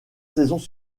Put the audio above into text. saisons